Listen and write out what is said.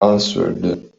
answered